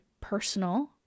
personal